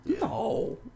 No